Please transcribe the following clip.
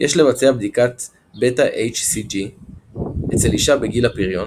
יש לבצע בדיקת BHCG אצל אישה בגיל הפריון